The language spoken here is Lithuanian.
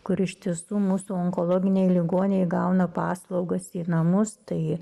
kur iš tiesų mūsų onkologiniai ligoniai gauna paslaugas į namus tai